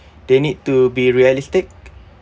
they need to be realistic